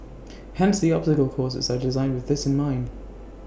hence the obstacle courses are designed with this in mind